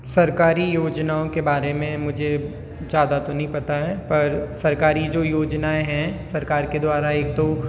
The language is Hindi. सरकारी योजनाओं के बारे में मुझे ज़्यादा तो नहीं पता है पर सरकारी जो योजनाएँ हैं सरकार के द्वारा एक तो